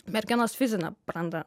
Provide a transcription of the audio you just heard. merginos fizine branda